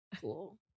Cool